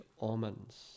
almonds